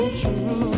true